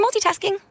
multitasking